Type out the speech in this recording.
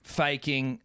faking